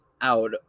out